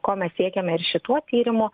ko mes siekiame ir šituo tyrimu